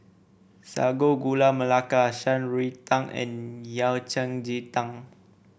Sago Gula Melaka Shan Rui Tang and Yao Cai Ji Tang